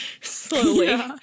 slowly